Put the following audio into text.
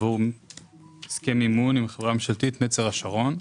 עבור הסכם מימון עם חברה ממשלתית נצר השרון.